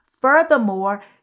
Furthermore